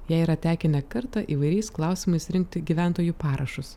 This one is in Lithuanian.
jai yra tekę ne kartą įvairiais klausimais rinkti gyventojų parašus